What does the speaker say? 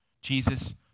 Jesus